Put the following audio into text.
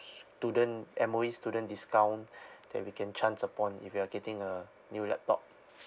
student M_O_E student discount that we can chance upon if we're getting a new laptop